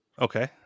Okay